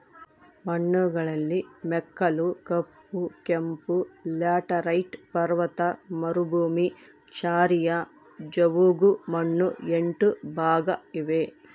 ಮಣ್ಣುಗಳಲ್ಲಿ ಮೆಕ್ಕಲು, ಕಪ್ಪು, ಕೆಂಪು, ಲ್ಯಾಟರೈಟ್, ಪರ್ವತ ಮರುಭೂಮಿ, ಕ್ಷಾರೀಯ, ಜವುಗುಮಣ್ಣು ಎಂಟು ಭಾಗ ಇವೆ